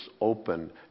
open